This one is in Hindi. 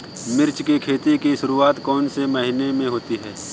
मिर्च की खेती की शुरूआत कौन से महीने में होती है?